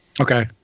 Okay